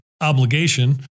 obligation